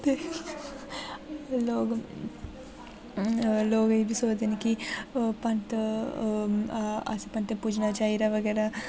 लोग अ लोग एह्बी सोचदे न कि पंत अ अस पंत पूजना चाहि्दा बगैरा